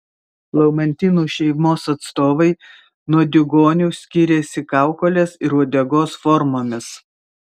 lamantinų šeimos atstovai nuo diugonių skiriasi kaukolės ir uodegos formomis